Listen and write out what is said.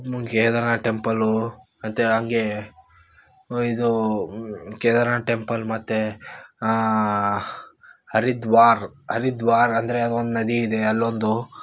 ಕೇದಾರ್ನಾಥ್ ಟೆಂಪಲ್ಲೂ ಮತ್ತು ಹಂಗೇ ಇದು ಕೇದಾರ್ನಾಥ ಟೆಂಪಲ್ ಮತ್ತು ಹರಿದ್ವಾರ್ ಹರಿದ್ವಾರ್ ಅಂದರೆ ಅದೊಂದು ನದಿ ಇದೆ ಅಲ್ಲೊಂದು